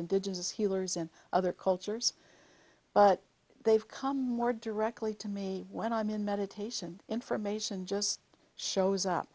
in other cultures but they've come more directly to me when i'm in meditation information just shows up